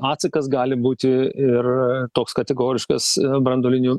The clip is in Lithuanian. atsakas gali būti ir toks kategoriškas branduoliniu